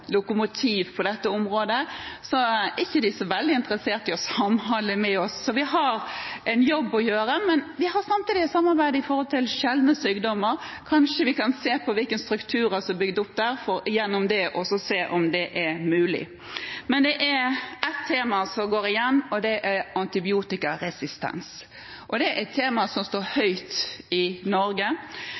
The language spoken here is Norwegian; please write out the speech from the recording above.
lokomotiv på dette området, er de ikke så veldig interessert i å samhandle med oss. Så vi har en jobb å gjøre, men vi har samtidig et samarbeid i forhold til sjeldne sykdommer. Kanskje vi kan se på hvilke strukturer som er bygd opp der, for gjennom det å se om det er mulig. Men det er ett tema som går igjen, og det er antibiotikaresistens. Det er et tema som står høyt i Norge